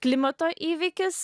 klimato įvykis